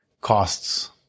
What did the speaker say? costs